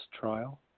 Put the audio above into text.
trial